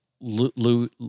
Lou